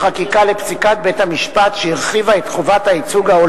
דיון בוועדה המשותפת לסביבה ובריאות של הכנסת.